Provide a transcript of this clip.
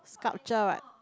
sculpture what